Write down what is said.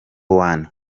one